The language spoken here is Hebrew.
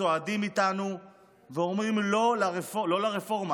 צועדים איתנו ואומרים לא לרפורמה,